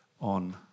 on